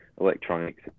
electronics